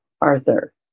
Arthur